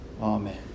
Amen